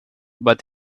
but